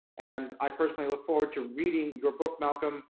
and i personally look forward to reading your book, malcolm.